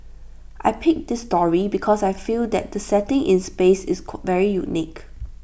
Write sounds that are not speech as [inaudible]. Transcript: I picked this story because I feel that the setting in space is [unintelligible] very unique